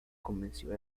convenció